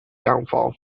downfall